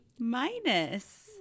minus